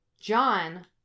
John